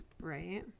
Right